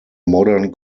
modern